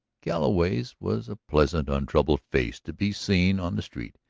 galloway's was a pleasant, untroubled face to be seen on the street,